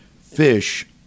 fish